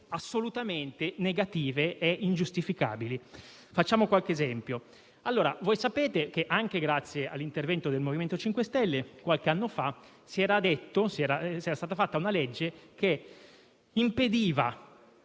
assolutamente negative e ingiustificabili. Facciamo qualche esempio. Sapete che, anche grazie all'intervento del MoVimento 5 Stelle, qualche anno fa era stata fatta una legge che impediva